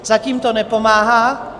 Zatím to nepomáhá.